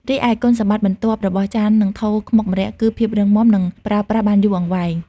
រីឯគុណសម្បត្តិបន្ទាប់របស់ ចាន និងថូខ្មុកម្រ័ក្សណ៍គឺ ភាពរឹងមាំនិងប្រើប្រាស់បានយូរអង្វែង។